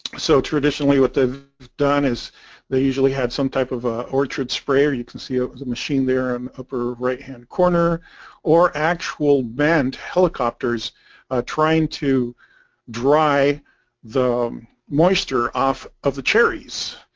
so traditionally what they've done is they usually had some type of ah orchards sprayer you can see over the machine there in the upper right-hand corner or actual band helicopters trying to dry the moisture off of the cherries.